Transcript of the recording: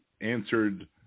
answered